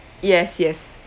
yes yes